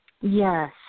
Yes